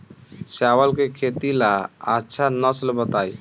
चावल के खेती ला अच्छा नस्ल बताई?